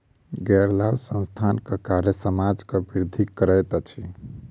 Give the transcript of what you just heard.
गैर लाभ संस्थानक कार्य समाजक वृद्धि करैत अछि